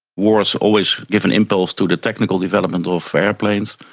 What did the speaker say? wars always give an impulse to the technical development of aeroplanes,